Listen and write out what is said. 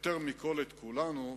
יותר מכול את כולנו,